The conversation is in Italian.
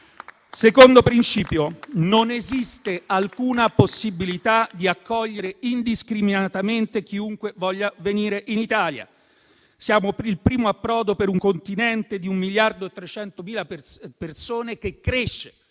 quello per cui non esiste alcuna possibilità di accogliere indiscriminatamente chiunque voglia venire in Italia. Siamo il primo approdo per un Continente di 1,3 miliardi di persone, che crescerà